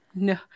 no